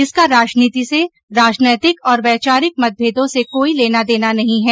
इसका राजनीति से राजनैतिक और वैचारिक मतभेदों से कोई लेना देना नहीं है